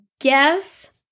Guess